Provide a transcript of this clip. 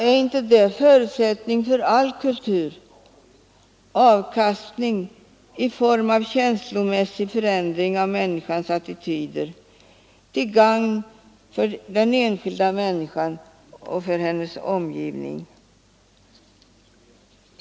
Är inte det förutsättningen för all kultur — avkastning i form av känslomässig förändring av människans attityder, till gagn för den enskilda människan och för hennes omgivning?